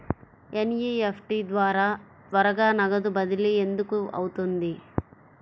NEFT ద్వారా త్వరగా నగదు బదిలీ ఎందుకు అవుతుంది?